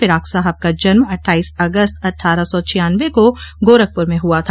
फिराक साहब का जन्म अट्ठाईस अगस्त अट्ठारह सौ छियान्नबे को गोरखपुर में हुआ था